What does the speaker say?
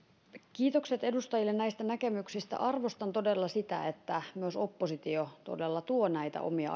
kiitokset edustajille näistä näkemyksistä arvostan todella sitä että myös oppositio todella tuo omia